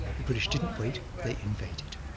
the british didn't wait they invaded.